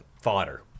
fodder